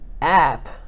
app